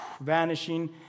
vanishing